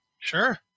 Sure